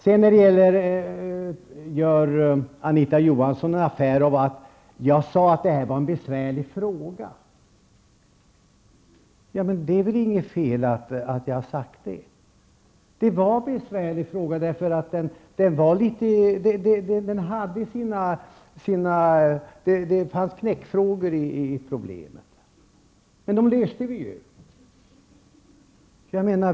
Sedan gör Anita Johansson en affär av att jag sade att detta var en besvärlig fråga. Det är väl inget fel i att jag har sagt det. Det var en besvärlig fråga. Problemet innehöll en del ''knäckfrågor''. Men dem löste vi ju.